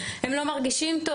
הם לא מרגישים טוב?